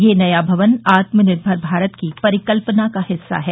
यह नया भवन आत्मनिर्भर भारत की परिकल्पना का हिस्सा है